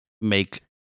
make